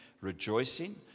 rejoicing